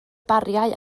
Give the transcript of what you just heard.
bariau